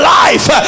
life